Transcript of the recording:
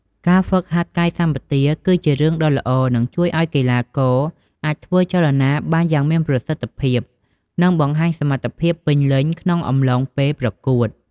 ការហ្វឹកហាត់កាយសម្បទាគឺ ជារឿងដ៏ល្អ នឹងជួយឲ្យកីឡាករអាចធ្វើចលនាបានយ៉ាងមានប្រសិទ្ធភាព និងបង្ហាញសមត្ថភាពពេញលេញក្នុងអំឡុងពេលប្រកួត។